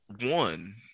one